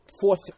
fourth